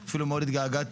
אפילו מאוד התגעגעתי.